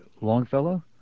Longfellow